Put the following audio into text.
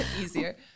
Easier